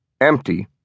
empty